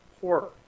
horror